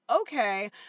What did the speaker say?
Okay